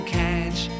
catch